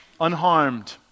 unharmed